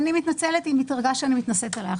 אני מתנצלת אם את הרגשת שאני מתנשאת עליך,